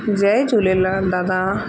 जय झूलेलाल दादा